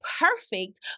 perfect